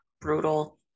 brutal